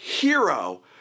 hero